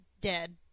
dead